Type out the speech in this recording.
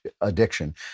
addiction